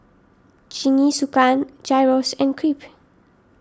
Jingisukan Gyros and Crepe